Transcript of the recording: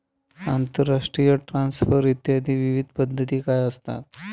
आंतरराष्ट्रीय ट्रान्सफर इत्यादी विविध पद्धती काय असतात?